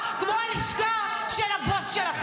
חברי הכנסת.